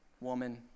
woman